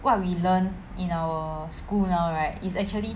what we learn in our school now right is actually